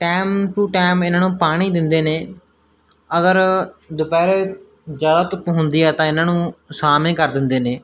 time to time ਇਹਨਾਂ ਨੂੰ ਪਾਣੀ ਦਿੰਦੇ ਨੇ ਅਗਰ ਦੁਪਹਿਰੇ ਜ਼ਿਆਦਾ ਧੁੱਪ ਹੁੰਦੀ ਆ ਤਾਂ ਇਹਨਾਂ ਨੂੰ ਛਾਂਵੇ ਕਰ ਦਿੰਦੇ ਨੇ